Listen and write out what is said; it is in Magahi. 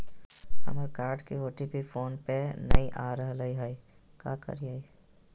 हमर कार्ड के ओ.टी.पी फोन पे नई आ रहलई हई, का करयई?